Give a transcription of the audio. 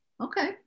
Okay